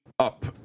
Up